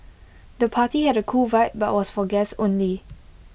the party had A cool vibe but was for guests only